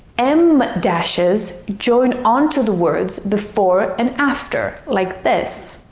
em dashes join onto the words before and after like this.